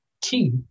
Key